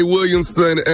Williamson